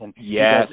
Yes